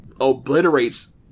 obliterates